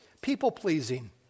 people-pleasing